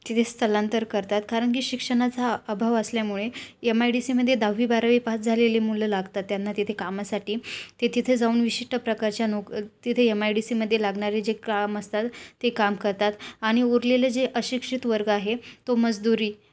तिथे स्थलांतर करतात कारण की शिक्षणाचा हा अभाव असल्यामुळे एम आय डी सीमध्ये दहावी बारावी पास झालेले मुलं लागतात त्यांना तिथे कामासाठी ते तिथे जाऊन विशिष्ट प्रकारच्या नोक तिथे एम आय डी सीमध्ये लागणारे जे काम असतात ते काम करतात आणि उरलेले जे अशिक्षित वर्ग आहे तो मजदुरी